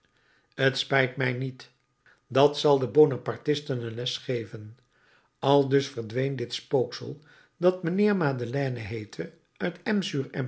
t spijt mij niet dat zal de bonapartisten een les geven aldus verdween dit spooksel dat mijnheer madeleine heette uit